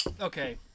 okay